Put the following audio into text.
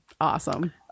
awesome